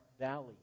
valley